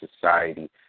society